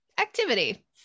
activity